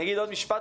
אגיד עוד משפט,